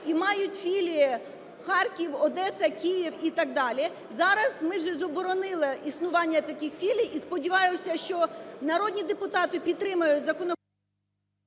і мають філії: Харків, Одеса, Київ і так далі. Зараз ми вже заборонили існування таких філій. І сподіваюся, що народні депутати підтримають законопроект…